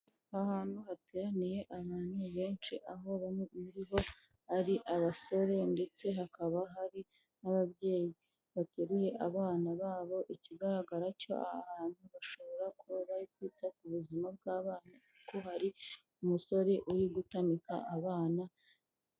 Ahantu hateraniye abantu benshi aho bamwe muri bo ari abasore ndetse hakaba hari n'ababyeyi bateruye abana babo, ikigaragara cyo aha hantu bashobora kuba bari kwita ku buzima bw'abana kuko hari umusore uri gutamika abana...